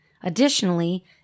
Additionally